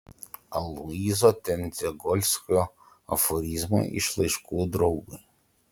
aloyzo tendzegolskio aforizmai iš laiškų draugui